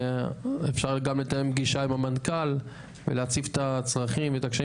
ואפשר גם לתאם פגישה עם המנכ"ל ולהציף את הצרכים ואת הקשיים,